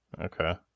Okay